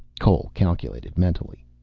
cole calculated mentally.